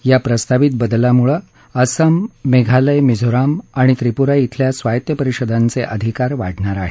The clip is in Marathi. या प्रस्तावित बदलामुळे असम मेघालय मिझोरम आणि त्रिपूरा इथल्या स्वायत्त परिषदांचे अधिकार वाढणार आहेत